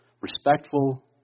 Respectful